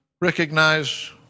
recognize